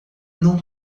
não